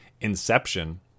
Inception